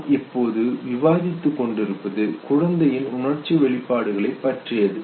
நாம் இப்போது விவாதித்து கொண்டிருப்பது குழந்தையின் உணர்ச்சி வெளிப்பாடுகளைப் பற்றியது